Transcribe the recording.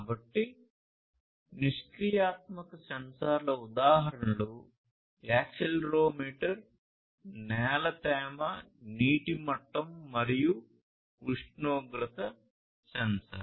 కాబట్టి నిష్క్రియాత్మక సెన్సార్ల ఉదాహరణలు యాక్సిలెరోమీటర్ నేల తేమ నీటి మట్టం మరియు ఉష్ణోగ్రత సెన్సార్